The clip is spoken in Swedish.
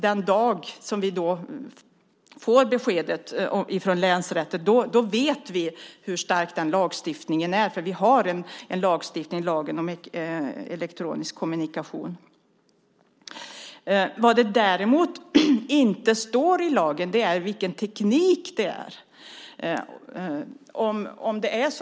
Den dag som vi får beskedet från länsrätten vet vi hur stark lagstiftningen är - vi har en lagstiftning, lagen om elektronisk kommunikation. Vad som däremot inte står i lagen är vilken teknik det gäller.